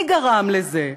מי גרם לזה?